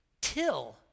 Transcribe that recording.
till